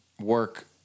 work